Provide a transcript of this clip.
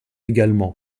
également